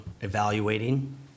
evaluating